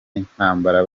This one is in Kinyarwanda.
intambara